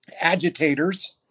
agitators